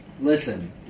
Listen